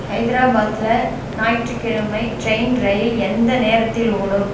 ஹைதராபாத்தில் ஞாயிற்றுக் கிழமை ட்ரெயின் ரயில் எந்த நேரத்தில் ஓடும்